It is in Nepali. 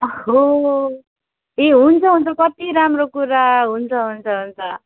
अहो ए हुन्छ हुन्छ कत्ति राम्रो कुरा हुन्छ हुन्छ हुन्छ